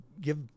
give